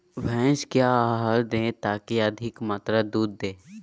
भैंस क्या आहार दे ताकि अधिक मात्रा दूध दे?